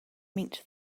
meant